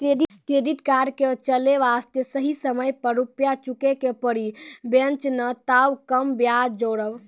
Credit card के चले वास्ते सही समय पर रुपिया चुके के पड़ी बेंच ने ताब कम ब्याज जोरब?